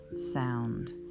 sound